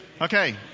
Okay